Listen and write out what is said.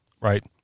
right